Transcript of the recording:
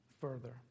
further